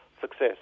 success